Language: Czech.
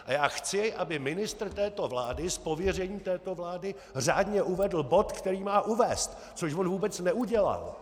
A já chci, aby ministr této vlády z pověření této vlády řádně uvedl bod, který má uvést!, což on vůbec neudělal.